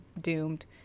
doomed